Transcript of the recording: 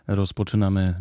rozpoczynamy